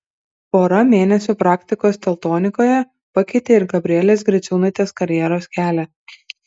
pora mėnesių praktikos teltonikoje pakeitė ir gabrielės griciūnaitės karjeros kelią